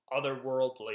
otherworldly